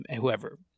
whoever